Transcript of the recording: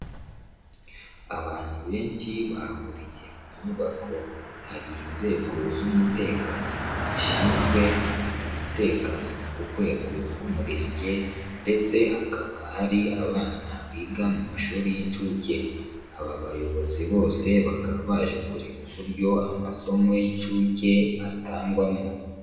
Abantu benshi bahuriye mu nyubako, hari inzego z'umutekano zishinzwe umutekano ku rwego rw'umurenge ndetse hakaba hari abana biga mu mashuri y'incshuke. Aba bayobozi bose bakaba baje kureba uburyo amasomo y'inshuke atangwamo.